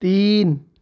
تین